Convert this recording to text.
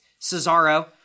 Cesaro